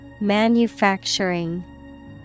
Manufacturing